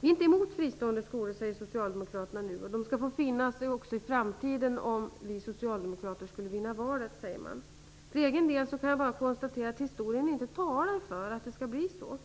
Vi är inte emot fristående skolor, säger socialdemokraterna nu. Man säger också att dessa skolor skall få finnas också i framtiden om socialdemokraterna skulle vinna valet. För egen del kan jag bara konstatera att historien inte talar för att det skall bli så.